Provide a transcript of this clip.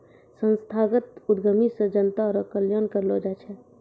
संस्थागत उद्यमी से जनता रो कल्याण करलौ जाय छै